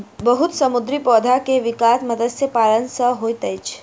बहुत समुद्री पौधा के विकास मत्स्य पालन सॅ होइत अछि